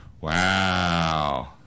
wow